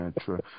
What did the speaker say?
true